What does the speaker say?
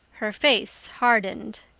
her face hardened.